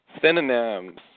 Synonyms